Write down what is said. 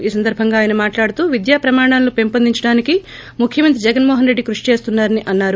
ఈ సందర్బంగా ఆయన మాట్లాడుతూ విద్యా ప్రమాణాలను పెంపొందించడానికి ముఖ్యమంత్రి జగన్మోహన్ రెడ్డి కృషి చేస్తున్నారని అన్నారు